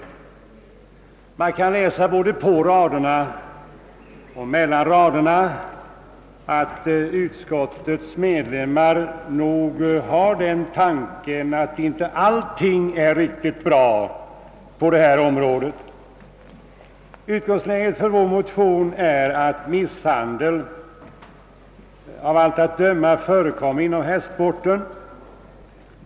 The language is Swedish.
Både på och kanske än mer mellan raderna kan man utläsa, att utskottets ledamöter nog har den uppfattningen att allting inte är riktigt bra på det här området. Utgångsläget för vår motion är att misshandel av allt att döma förekommer inom hästsporten.